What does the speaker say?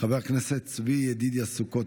חבר הכנסת צבי ידידיה סוכות,